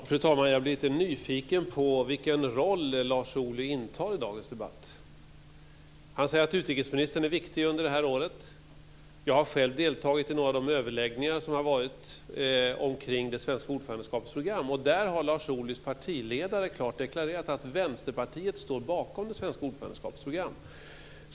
Fru talman! Jag blir lite nyfiken på vilken roll Lars Ohly intar i dagens debatt. Han säger att utrikesministern är viktig under det här året. Jag har själv deltagit i några av de överläggningar som har hållits omkring det svenska ordförandeskapets program, och där har Lars Ohlys partiledare klart deklarerat att Vänsterpartiet står bakom detta program.